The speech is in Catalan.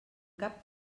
cap